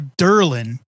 Derlin